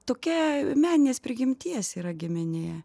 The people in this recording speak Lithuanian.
tokiai meninės prigimties yra giminė